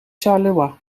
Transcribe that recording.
charleroi